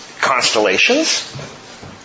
constellations